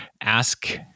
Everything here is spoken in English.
ask